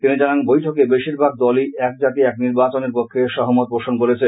তিনি জানান বৈঠকে বেশির ভাগ দলই এক জাতি এক নির্বাচনের পক্ষে সহমত পোষণ করেছে